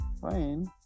Fine